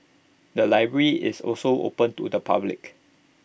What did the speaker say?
the library is also open to the public